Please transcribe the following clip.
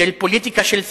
של פוליטיקה של שנאה.